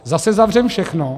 Zase zavřeme všechno?